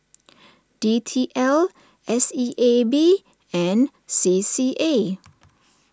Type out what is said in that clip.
D T L S E A B and C C A